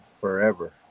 forever